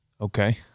Okay